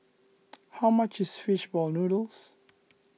how much is Fish Ball Noodles